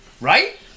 Right